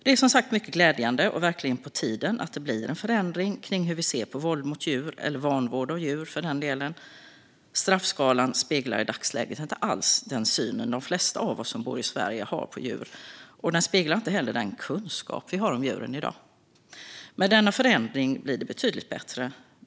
Det är som sagt mycket glädjande och verkligen på tiden att det blir en förändring när det gäller hur vi ser på våld mot djur och vanvård av djur. Straffskalan speglar i dagsläget inte alls den syn som de flesta av oss som bor i Sverige har på djur, och den speglar inte heller den kunskap vi har om djuren i dag. Med denna förändring blir det betydligt bättre.